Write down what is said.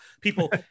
people